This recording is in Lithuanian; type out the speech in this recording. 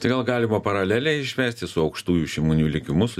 tai gal galima paralelę išvesti su aukštųjų šimonių likimu su